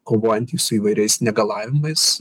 kovojantys su įvairiais negalavimais